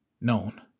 known